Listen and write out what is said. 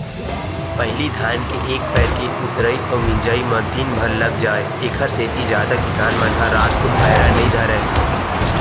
पहिली धान के एक पैर के ऊतरई अउ मिजई म दिनभर लाग जाय ऐखरे सेती जादा किसान मन ह रातकुन पैरा नई धरय